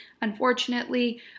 unfortunately